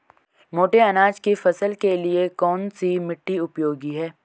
मोटे अनाज की फसल के लिए कौन सी मिट्टी उपयोगी है?